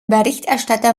berichterstatter